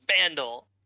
Vandal